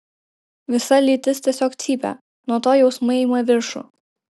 visa lytis tiesiog cypia nuo to jausmai ima viršų